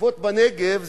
"סופות בנגב"